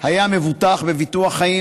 היה מבוטח בביטוח חיים,